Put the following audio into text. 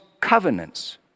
covenants